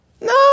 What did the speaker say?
No